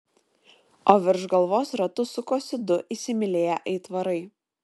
o virš galvos ratu sukosi du įsimylėję aitvarai